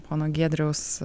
pono giedriaus